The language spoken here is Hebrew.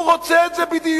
הוא רוצה את זה בדיוק.